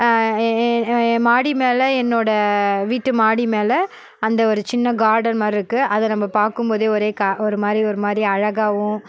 என் மாடி மேலே என்னோட வீட்டு மாடி மேலே அந்த ஒரு சின்ன கார்டன் மாதிரி இருக்குது அதை நம்ம பார்க்கும் போது ஒரே மாதிரி ஒரு மாதிரி அழகாகவும்